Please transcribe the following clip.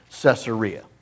Caesarea